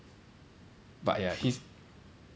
but ya it's